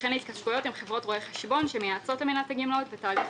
וכן להתקשרויות עם חברות רואי חשבון שמייעצות למינהלת הגמלאות בתהליך